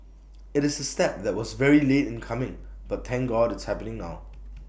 IT is A step that was very late in coming but thank God it's happening now